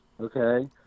okay